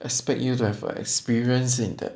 expect you to have like experience in the